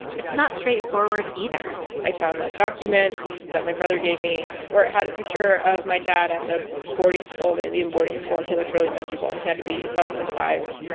it's not straightforward either i found that document that my brother gave me where it had a picture of my dad at the boarding school the indian boarding school. and he looked really miserable. and he had to be less than five.